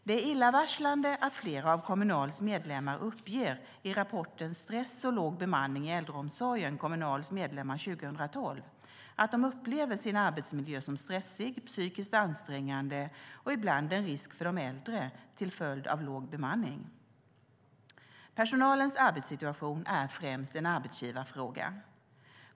Det är illavarslande att flera av Kommunals medlemmar i rapporten Stress och låg bemanning i äldreomsorgen - Kommunals medlemmar 2012 uppger att de upplever sin arbetsmiljö som stressig, psykiskt ansträngande och ibland som en risk för de äldre till följd av låg bemanning. Personalens arbetssituation är främst en arbetsgivarfråga.